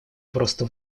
просто